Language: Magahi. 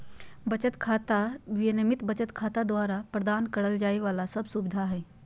बचत खाता, नियमित बचत खाता द्वारा प्रदान करल जाइ वाला सब सुविधा हइ